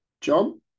John